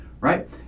right